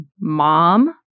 Mom